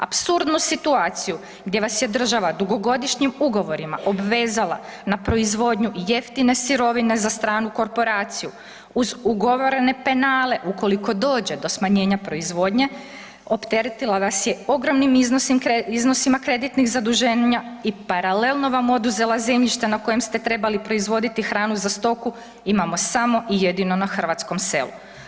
Apsurdnu situaciju gdje vas je država dugogodišnjim ugovorima obvezala na proizvodnju jeftine sirovine za stranu korporaciju uz ugovorene penale ukoliko dođe do smanjenja proizvodnje, opteretila vas je ogromnim iznosima kreditnih zaduženja i paralelno vam oduzela zemljišta na kojem ste trebali proizvoditi hranu za stoku, imamo samo i jedino na hrvatskom selu.